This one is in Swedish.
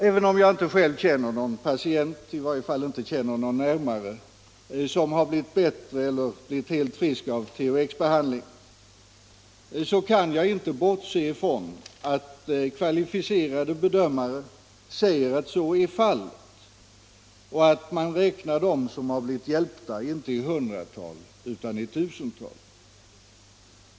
Även om jag inte själv närmare känner någon patient som blivit bättre eller t.o.m. helt frisk efter THX-behandling, kan jag ändå inte bortse ifrån att kvalificerade bedömare säger att så är fallet och att man räknar dem som blivit hjälpta inte i hundratal utan i tusental.